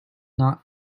not